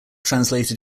translated